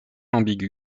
ambiguë